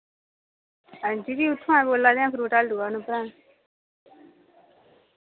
हांजी जी उत्थोआं बोल्ला ने आं फ्रूट आह्ली दुकान उप्परा